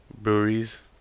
Breweries